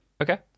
Okay